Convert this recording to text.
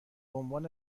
بعنوان